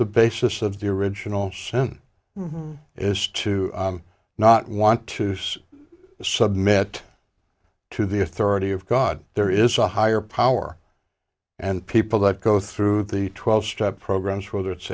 the basis of the original sin is to not want to submit to the authority of god there is a higher power and people that go through the twelve step programs whether it's